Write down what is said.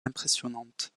impressionnante